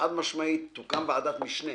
חד משמעית, תוקם ועדת משנה